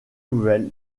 nouvel